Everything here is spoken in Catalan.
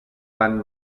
fan